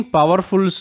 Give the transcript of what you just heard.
Powerful